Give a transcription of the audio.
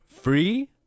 Free